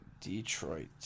Detroit